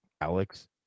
Alex